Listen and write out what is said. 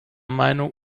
meinung